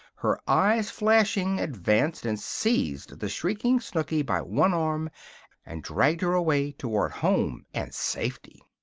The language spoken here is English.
her eyes flashing, advanced and seized the shrieking snooky by one arm and dragged her away toward home and safety.